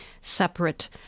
separate